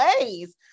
ways